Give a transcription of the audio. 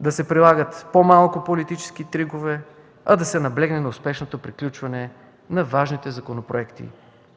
да се прилагат по-малко политически трикове и да се наблегне на успешното приключване на важните законопроекти.